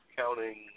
counting